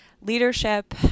leadership